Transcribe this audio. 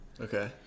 Okay